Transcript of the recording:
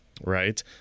right